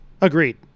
Agreed